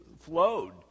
flowed